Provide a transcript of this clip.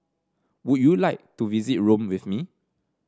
would you like to visit Rome with me